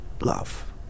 love